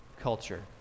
culture